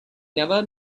never